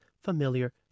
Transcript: familiar